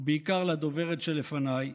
ובעיקר לדוברת שלפניי,